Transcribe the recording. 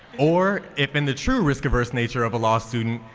or if in the true risk averse nature of a law student,